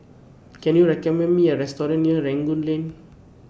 Can YOU recommend Me A Restaurant near Rangoon Lane